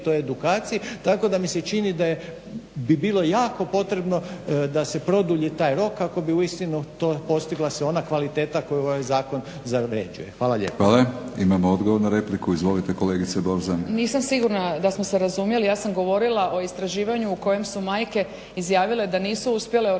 toj edukaciji, tako da mi se čini da je bi bilo jako potrebno da se produlji taj rok kako bi uistinu se postigla ona kvaliteta koju ovaj zakon zavrjeđuje. **Batinić, Milorad (HNS)** Hvala. Imamo odgovor na repliku. Izvolite kolegice Borzan. **Borzan, Biljana (SDP)** Nisam sigurna da smo se razumjeli, ja sam govorila o istraživanju u kojem su majke izjavile da nisu uspjele organizirati